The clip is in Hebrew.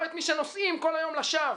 לא את מי שנושאים כל היום לשווא